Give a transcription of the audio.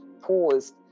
paused